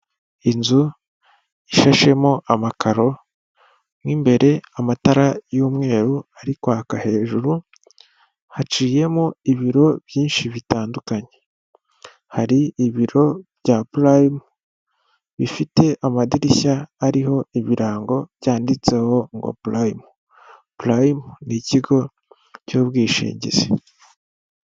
Inzu ishashemo amakaro, mo imbere amatara y'umweru ari kwaka hejuru, haciyemo ibiro byinshi bitandukanye. Hari ibiro bya purayimu bifite amadirishya ariho ibirango byanditseho ngo purayimu. Purayimu ni ikigo cy'ubwishingizi.